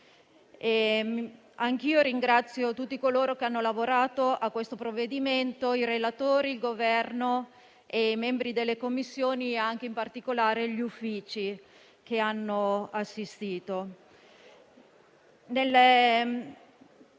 Anche io ringrazio tutti coloro che hanno lavorato al provvedimento in esame: i relatori, il Governo, i membri delle Commissioni e in modo particolare gli Uffici, che ci hanno assistito.